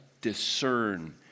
discern